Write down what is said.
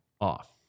off